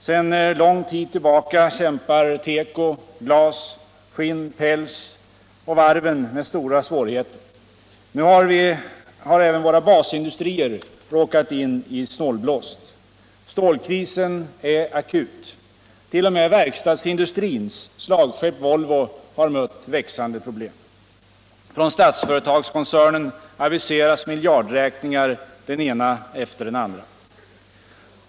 Sedan lång tid kämpar teko, glas, skinn, päls och varven med stora svårigheter. Nu har även våra basindustrier råkat in i snålblåst. Stålkrisen är akut. Allmänpolitisk debatt Allmänpolitisk debatt T. o. m. verkstadsindustrins slagskepp Volvo har mött växande problem. Från Statsföretagskoncernen aviseras miljardräkningar, den ena efter den andra.